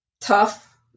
tough